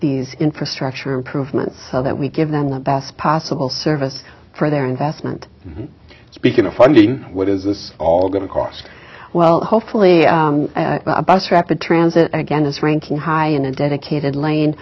these infrastructure improvements so that we give them the best possible service for their investment speaking of funding what is this all going to cost well hopefully a bus rapid transit again is ranking high in a dedicated lane